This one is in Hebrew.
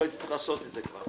לא הייתי צריך לעשות את זה כבר,